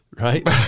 right